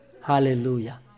Hallelujah